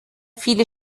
viele